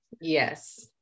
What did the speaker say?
Yes